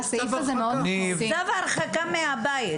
כי צו ההגנה עומד בתוקפו גם מעבר לזה,